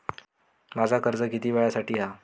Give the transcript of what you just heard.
माझा कर्ज किती वेळासाठी हा?